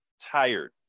tired